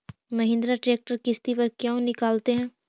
Mahindra tractor किसति पर क्यों निकालते हैं?